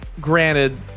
granted